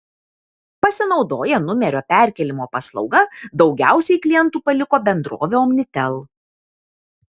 pasinaudoję numerio perkėlimo paslauga daugiausiai klientų paliko bendrovę omnitel